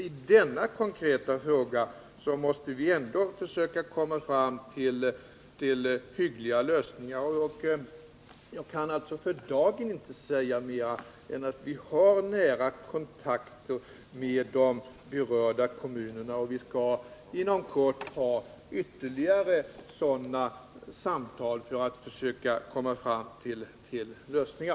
I denna konkreta fråga måste vi därför försöka komma fram till hyggliga lösningar, men jag kan för dagen inte säga mera än att vi har nära kontakter med de berörda kommunerna. Vi skall inom kort ha ytterligare samtal med kommunerna för att försöka komma fram till lösningar.